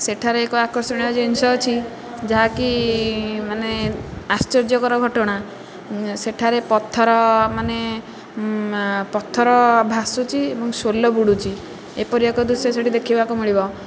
ସେଠାରେ ଏକ ଆକର୍ଷଣୀୟ ଜିନିଷ ଅଛି ଯାହାକି ମାନେ ଆଶ୍ଚର୍ଯ୍ୟକର ଘଟଣା ସେଠାରେ ପଥର ମାନେ ପଥର ଭାସୁଛି ଏବଂ ସୋଲ ବୁଡ଼ୁଛି ଏପରି ଏକ ଦୃଶ୍ୟ ସେଇଠି ଦେଖିବାକୁ ମିଳିବ